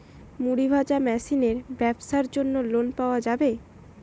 মুড়ি ভাজা মেশিনের ব্যাবসার জন্য লোন পাওয়া যাবে?